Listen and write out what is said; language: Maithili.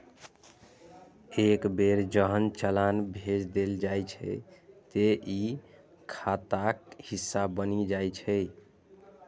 एक बेर जहन चालान भेज देल जाइ छै, ते ई खाताक हिस्सा बनि जाइ छै